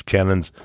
Cannons